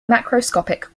macroscopic